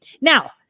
Now